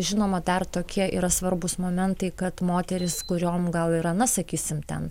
žinoma dar tokie yra svarbūs momentai kad moterys kuriom gal yra na sakysim ten